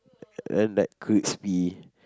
then like crispy